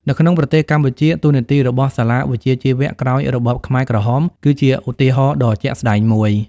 នៅក្នុងប្រទេសកម្ពុជា តួនាទីរបស់សាលាវិជ្ជាជីវៈក្រោយរបបខ្មែរក្រហមគឺជាឧទាហរណ៍ដ៏ជាក់ស្តែងមួយ។